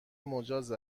مجاز